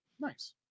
nice